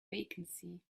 vacancy